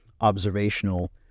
observational